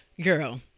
Girl